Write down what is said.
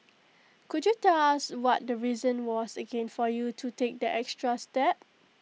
could you tell us what the reason was again for you to take that extra step